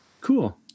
Cool